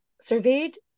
surveyed